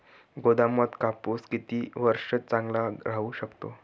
गोदामात कापूस किती वर्ष चांगला राहू शकतो?